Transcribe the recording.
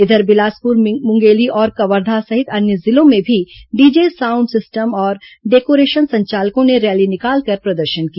इधर बिलासपुर मुंगेली और कवर्धा सहित अन्य जिलों में भी डीजे साउंड सिस्टम और डेकोरेशन संचालकों ने रैली निकालकर प्रदर्शन किया